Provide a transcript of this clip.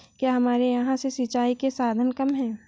क्या हमारे यहाँ से सिंचाई के साधन कम है?